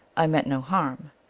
i meant no harm,